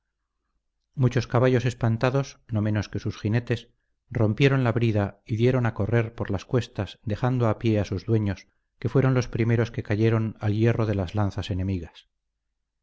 muchos caballos espantados no menos que sus jinetes rompieron la brida y dieron a correr por las cuestas dejando a pie a sus dueños que fueron los primeros que cayeron al hierro de las lanzas enemigas